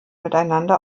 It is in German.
miteinander